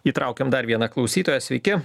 įtraukim dar vieną klausytoją sveiki